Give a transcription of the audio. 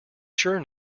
sure